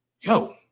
Yo